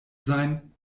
sein